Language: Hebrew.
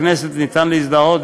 בבחירות לכנסת ניתן להזדהות,